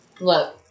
look